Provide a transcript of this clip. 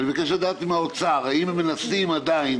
אני מבקש לדעת ממשרד האוצר, האם הם מנסים עדיין